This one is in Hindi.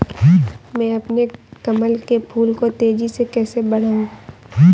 मैं अपने कमल के फूल को तेजी से कैसे बढाऊं?